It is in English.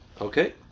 Okay